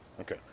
Okay